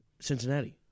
Cincinnati